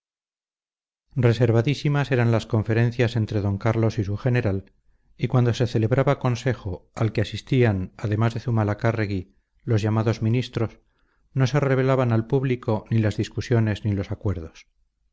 reservadísimas eran las conferencias entre d carlos y su general y cuando se celebraba consejo al que asistían además de zumalacárregui los llamados ministros no se revelaban al público ni las discusiones ni los acuerdos